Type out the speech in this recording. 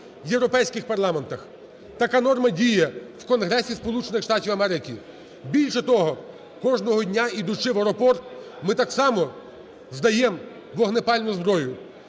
європейських парламентах. Така норма діє в Конгресі Сполучених Штатів Америки. Більше того, кожного дня, їдучи в аеропорт, ми так само здаємо вогнепальну зброю.